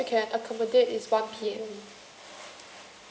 so the latest we can accommodate is one P_M